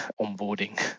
onboarding